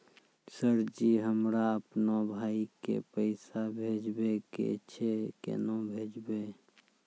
Sir ji हमरा अपनो भाई के पैसा भेजबे के छै, केना भेजबे?